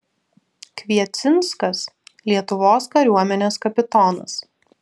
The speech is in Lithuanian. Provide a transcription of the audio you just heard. kviecinskas lietuvos kariuomenės kapitonas